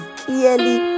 clearly